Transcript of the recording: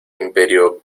imperio